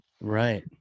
Right